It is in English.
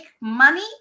money